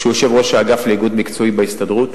שהוא יושב-ראש האגף לאיגוד מקצועי בהסתדרות,